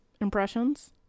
impressions